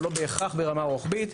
או לא בהכרח ברמה רוחבית,